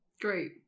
Great